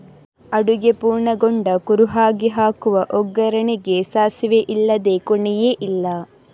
ಅಡುಗೆ ಪೂರ್ಣಗೊಂಡ ಕುರುಹಾಗಿ ಹಾಕುವ ಒಗ್ಗರಣೆಗೆ ಸಾಸಿವೆ ಇಲ್ಲದೇ ಕೊನೆಯೇ ಇಲ್ಲ